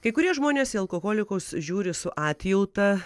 kai kurie žmonės į alkoholikus žiūri su atjauta